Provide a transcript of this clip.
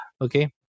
okay